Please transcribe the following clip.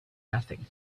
nothing